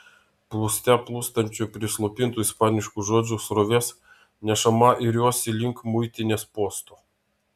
plūste plūstančių prislopintų ispaniškų žodžių srovės nešama iriuosi link muitinės posto